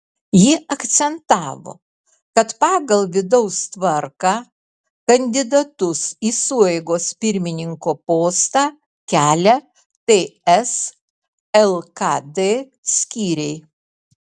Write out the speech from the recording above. ji akcentavo kad pagal vidaus tvarką kandidatus į sueigos pirmininko postą kelia ts lkd skyriai